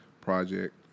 Project